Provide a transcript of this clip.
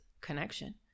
connection